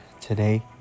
today